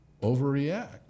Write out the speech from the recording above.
overreact